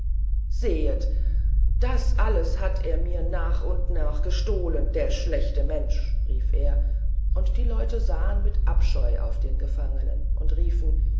sehet das alles hat er mir nach und nach gestohlen der schlechte mensch rief er und die leute sahen mit abscheu auf den gefangenen und riefen